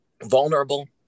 vulnerable